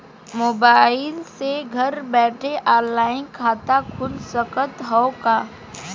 Mobile से घर बैठे ऑनलाइन खाता खुल सकत हव का?